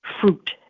fruit